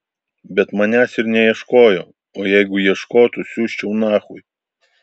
bet manęs ir neieškojo o jeigu ieškotų siųsčiau nachui